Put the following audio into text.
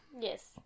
Yes